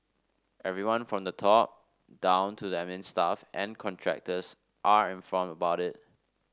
everyone from the top down to the admin staff and contractors are informed about it